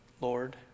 Lord